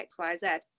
xyz